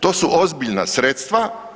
To su ozbiljna sredstva.